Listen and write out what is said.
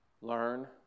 Learn